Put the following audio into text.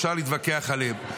אפשר להתווכח עליהם,